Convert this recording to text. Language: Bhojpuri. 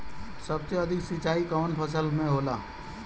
सबसे अधिक सिंचाई कवन फसल में होला?